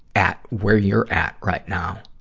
at where you're at right now,